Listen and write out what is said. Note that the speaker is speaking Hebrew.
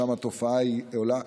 ששם התופעה עולה,